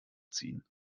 ziehen